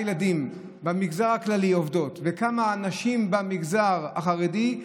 ילדים והן עובדות וכמה נשים במגזר החרדי,